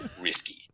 Risky